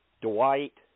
Dwight